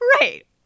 Right